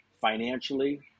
financially